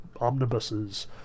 omnibuses